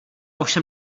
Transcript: ovšem